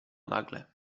nagle